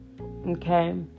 Okay